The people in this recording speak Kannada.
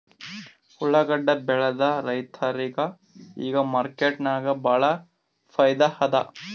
ಉಳ್ಳಾಗಡ್ಡಿ ಬೆಳದ ರೈತರಿಗ ಈಗ ಮಾರ್ಕೆಟ್ನಾಗ್ ಭಾಳ್ ಫೈದಾ ಅದಾ